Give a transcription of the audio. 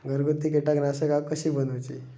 घरगुती कीटकनाशका कशी बनवूची?